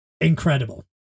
incredible